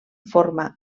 forma